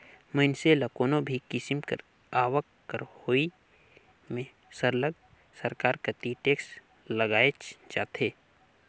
मइनसे ल कोनो भी किसिम कर आवक कर होवई में सरलग सरकार कती टेक्स लगाएच जाथे